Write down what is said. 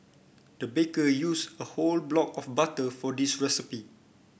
the baker used a whole block of butter for this recipe